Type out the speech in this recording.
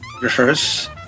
rehearse